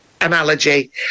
analogy